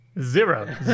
Zero